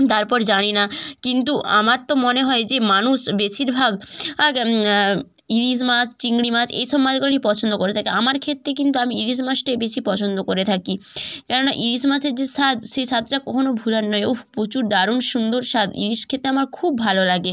তারপর জানি না কিন্তু আমার তো মনে হয় যে মানুষ বেশিরভাগ আগ ইলিশ মাছ চিংড়ি মাছ এই সব মাছগুলোই পছন্দ করে থাকে আমার ক্ষেত্রে কিন্তু আমি ইলিশ মাছটাই বেশি পছন্দ করে থাকি কেননা ইলিশ মাছের যে স্বাদ সে স্বাদটা কখনো ভুলার নয় উফ প্রচুর দারুণ সুন্দর স্বাদ ইলিশ খেতে আমার খুব ভালো লাগে